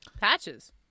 Patches